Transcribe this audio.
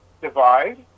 divide